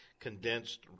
condensed